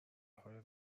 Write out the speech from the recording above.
حال